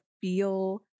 feel